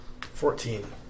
Fourteen